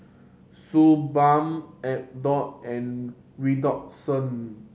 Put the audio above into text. Suu Balm Abbott and Redoxon